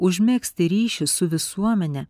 užmegzti ryšį su visuomene